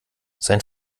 sein